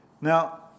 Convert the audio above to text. Now